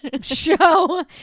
show